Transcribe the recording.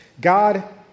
God